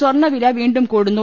സ്വർണവില വീണ്ടും കൂടുന്നു